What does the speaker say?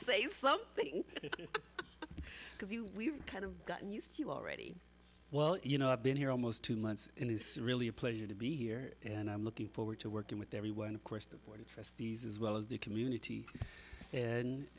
say something because you we've kind of gotten used to already well you know i've been here almost two months and is really a pleasure to be here and i'm looking forward to working with everyone of course the board of trustees as well as the community and